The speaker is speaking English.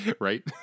Right